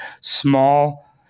small